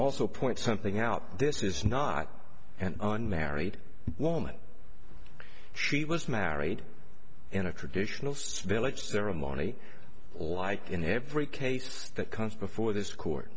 also point something out this is not an unmarried woman she was married in a traditional spillages ceremony or like in every case that const before this court